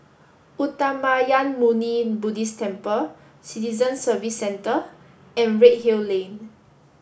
Uttamayanmuni Buddhist Temple Citizen Service Centre and Redhill Lane